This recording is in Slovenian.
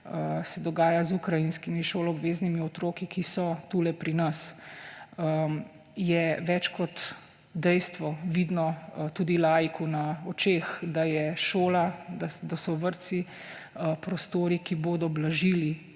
se dogaja z ukrajinskimi šoloobveznimi otroki, ki so tule pri nas, je več kot dejstvo, vidno tudi laiku na očeh, da je šola, da so vrtci prostori, ki bodo blažili